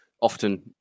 Often